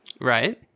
Right